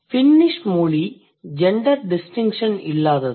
Finnish மொழி gender distinction இல்லாதது